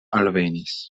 alvenis